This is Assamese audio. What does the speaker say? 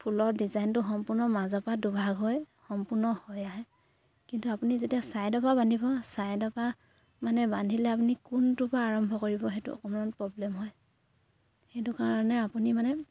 ফুলৰ ডিজাইনটো সম্পূৰ্ণ মাজৰ পৰা দুভাগ হয় সম্পূৰ্ণ হৈ আহে কিন্তু আপুনি যেতিয়া ছাইডৰ পৰা বান্ধিব ছাইডৰ পৰা মানে বান্ধিলে আপুনি কোনটোৰ পৰা আৰম্ভ কৰিব সেইটো অকণমান প্ৰব্লেম হয় সেইটো কাৰণে আপুনি মানে